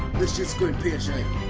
this shit's going pear-shaped.